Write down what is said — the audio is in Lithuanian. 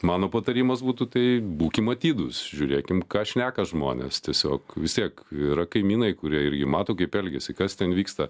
mano patarimas būtų tai būkim atidūs žiūrėkim ką šneka žmonės tiesiog vis tiek yra kaimynai kurie irgi mato kaip elgiasi kas ten vyksta